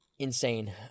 Insane